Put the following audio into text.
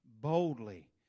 boldly